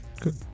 Good